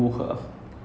oh